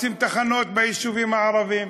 רוצים תחנות ביישובים הערביים.